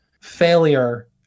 failure